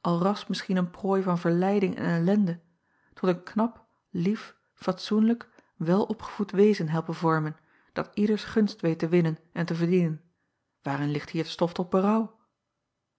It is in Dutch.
al ras misschien een prooi van verleiding en ellende tot een knap lief fatsoenlijk welopgevoed wezen helpen vormen dat ieders gunst weet te winnen en te verdienen aarin ligt hier stof tot